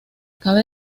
cabe